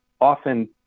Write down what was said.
often